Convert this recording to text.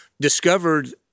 discovered